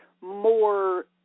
more